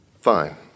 Fine